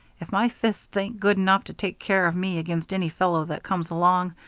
if my fists ain't good enough to take care of me against any fellow that comes along,